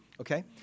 Okay